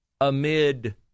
amid